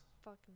Fuck